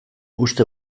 uste